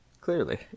clearly